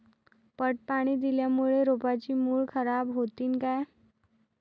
पट पाणी दिल्यामूळे रोपाची मुळ खराब होतीन काय?